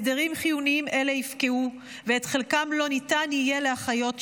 הסדרים חיוניים אלה יפקעו ואת חלקם לא ניתן יהיה להחיות שוב.